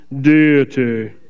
Deity